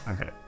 Okay